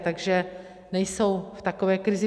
Takže nejsou v takové krizi.